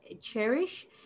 cherish